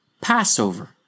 Passover